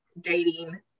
dating